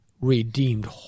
redeemed